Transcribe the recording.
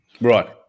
Right